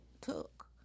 took